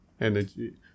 energy